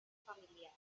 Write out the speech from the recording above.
familiar